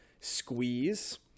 Squeeze